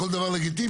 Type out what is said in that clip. כל דבר לגיטימי.